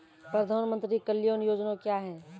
प्रधानमंत्री कल्याण योजना क्या हैं?